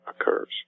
occurs